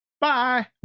Bye